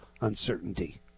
uncertainty